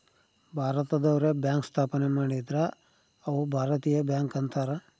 ಭಾರತದವ್ರೆ bank ಸ್ಥಾಪನೆ ಮಾಡಿದ್ರ ಅವು ಭಾರತೀಯ ಬ್ಯಾಂಕ್ ಅಂತಾರ